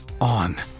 on